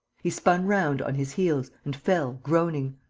he spun round on his heels and fell, groaning